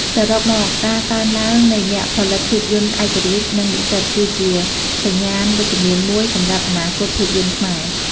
សរុបមក ការកើនឡើងនៃអ្នកផលិតភាពយន្តឯករាជ្យ និងនិស្សិត គឺជាសញ្ញាណវិជ្ជមានមួយសម្រាប់អនាគតភាពយន្តខ្មែរ។